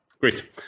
Great